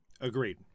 Agreed